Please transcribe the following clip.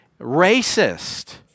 racist